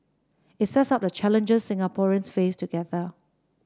it sets out the challenges Singaporeans face together